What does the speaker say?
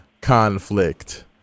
conflict